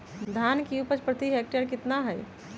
धान की उपज प्रति हेक्टेयर कितना है?